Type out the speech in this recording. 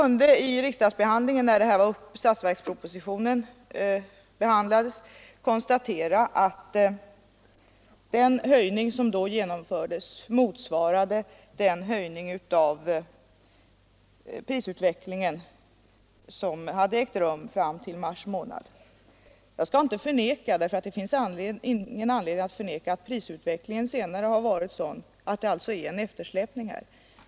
När statsverkspropositionen i denna punkt behandlades kunde vi konstatera att den höjning som då beslutades motsvarade prisutvecklingen fram till mars månad. Det finns ingen anledning att förneka att prisutvecklingen senare varit sådan att det nu föreligger en eftersläpning.